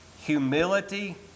humility